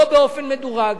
לא באופן מדורג